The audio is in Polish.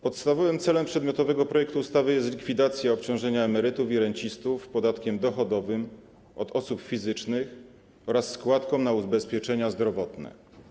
Podstawowym celem przedmiotowego projektu ustawy jest likwidacja obciążenia emerytów i rencistów podatkiem dochodowym od osób fizycznych oraz składką na ubezpieczenie zdrowotne.